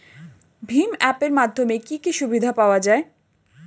ভিম app এর মাধ্যমে কি কি সুবিধা পাওয়া যায়?